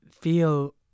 feel